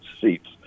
seats